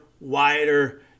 wider